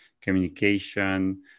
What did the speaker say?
communication